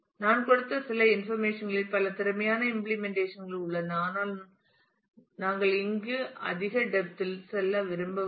நான் கொடுத்த சில இன்ஃபர்மேஷன் களில் பல திறமையான இம்பிளிமெண்டேஷன் கள் உள்ளன ஆனால் நாங்கள் இங்கு அதிக டெப்த் இல் செல்ல விரும்பவில்லை